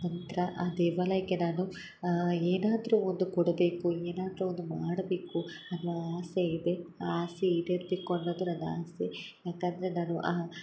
ನಂತ್ರ ಆ ದೇವಾಲಯಕ್ಕೆ ನಾನು ಏನಾದರು ಒಂದು ಕೊಡಬೇಕು ಏನಾದರು ಒಂದು ಮಾಡಬೇಕು ಅನ್ನುವ ಆಸೆ ಇದೆ ಆ ಆಸೆ ಈಡೇರಬೇಕು ಅನ್ನೋದು ನನ್ನ ಆಸೆ ಯಾಕಂದರೆ ನಾನು ಆ